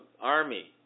army